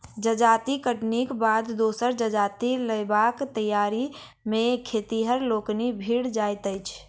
जजाति कटनीक बाद दोसर जजाति लगयबाक तैयारी मे खेतिहर लोकनि भिड़ जाइत छथि